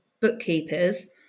bookkeepers